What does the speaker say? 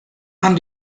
man